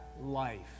life